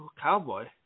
Cowboy